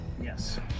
Yes